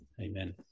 Amen